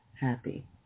Happy